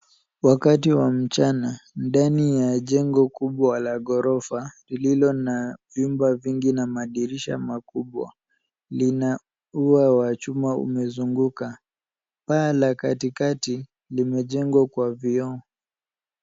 Wakati wa mchana ndani ya jengo kubwa la ghorofa, lililo na vyumba vingi na madirisha makubwa. Lina ua wa chuma umezunguka. Paa la katikati limejengwa kwa vioo.